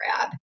grab